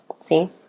See